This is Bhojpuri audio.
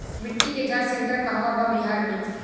मिटी के जाच सेन्टर कहवा बा बिहार में?